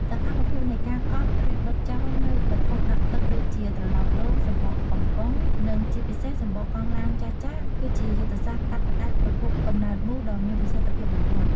សកម្មភាពនៃការកប់ ឬដុតចោលនូវវត្ថុដក់ទឹកដូចជា ត្រឡោកដូង សំបកកំប៉ុង និងជាពិសេសសំបកកង់ឡានចាស់ៗ គឺជាយុទ្ធសាស្ត្រកាត់ផ្តាច់ប្រភពកំណើតមូសដ៏មានប្រសិទ្ធភាពបំផុត។